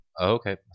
okay